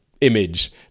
image